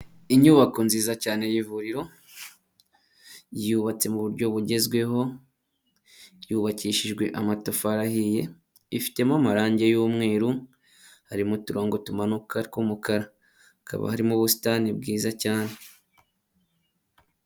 Inyubako nziza cyane irimo ivuriro, yubatse mu buryo bugezweho, yubakishijwe amatafari ahiye, ifitemo amarangi y'umweru, harimo uturongo tumanuka tw'umukara, hakaba harimo ubusitani bwiza cyane.